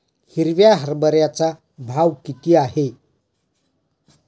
हिरव्या हरभऱ्याचा भाव किती आहे?